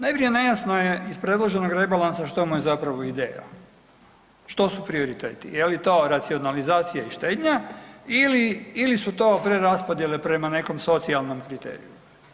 Najprije nejasno je iz priloženog rebalansa što mu je zapravo ideja, što su prioriteti, je li to racionalizacija i štednja ili su to preraspodjele prema nekom socijalnom kriteriju.